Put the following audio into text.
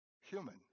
human